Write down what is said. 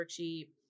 worksheet